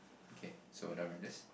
okay so done with this